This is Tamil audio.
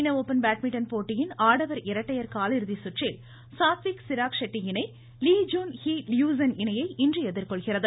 சீன ஓப்பன் பேட்மிண்டன் போட்டியின் ஆடவர் இரட்டையர் காலிறுதி குற்றில் சாத்விக் சிராக்ஷெட்டி இணை லீ ஐஃன் ஹி லியூசென் இணையை இன்று எதிர்கொள்கிறது